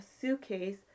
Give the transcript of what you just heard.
suitcase